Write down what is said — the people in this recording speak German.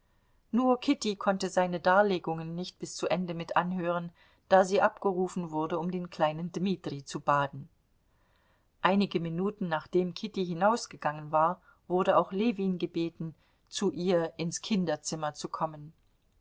nur kitty konnte seine darlegungen nicht bis zu ende mit anhören da sie abgerufen wurde um den kleinen dmitri zu baden einige minuten nachdem kitty hinausgegangen war wurde auch ljewin gebeten zu ihr ins kinderzimmer zu kommen